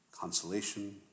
consolation